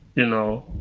you know,